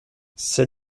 ces